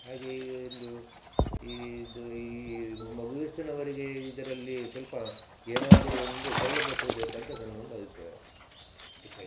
ಹಾಗೆ ಈ ಎಂದು ಈದು ಈ ಮೊಗವೀರ್ಸಿನವರಿಗೆ ಇದರಲ್ಲಿ ಸ್ವಲ್ಪ ಏನಾದರೂ ಒಂದು ಸೌಲಭ್ಯ ಕೊಡಬೇಕಂತ ನನ್ನೊಂದು ಅಭಿಪ್ರಾಯ ಹೆಚ್ಚಾಗಿ